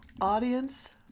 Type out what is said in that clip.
Audience